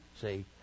See